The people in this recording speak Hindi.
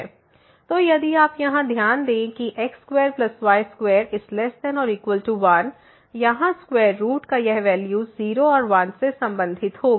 तो यदि आप यहाँ ध्यान दें कि x2y2≤1 यहां स्क्वेयर रूट का यह वैल्यू 0 और 1 से संबंधित होगा